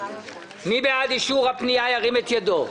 מי בעד אישור הפנייה, ירים את ידו.